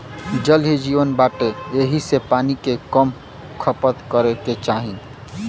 जल ही जीवन बाटे एही से पानी के कम खपत करे के चाही